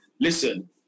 listen